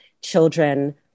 children